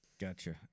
Gotcha